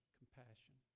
compassion